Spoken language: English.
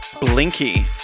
Blinky